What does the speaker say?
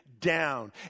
down